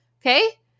okay